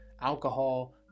alcohol